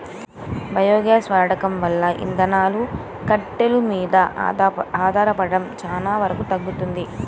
biogas వాడకం వల్ల ఇంధనాలు, కట్టెలు మీద ఆధారపడటం చానా వరకు తగ్గుతది